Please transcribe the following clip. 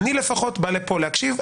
אני לפחות בא לפה להקשיב,